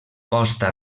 costa